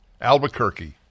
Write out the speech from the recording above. Albuquerque